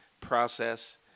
process